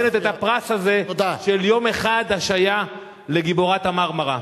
מאשר נותנת את הפרס הזה של יום אחד השעיה לגיבורת ה"מרמרה".